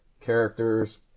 characters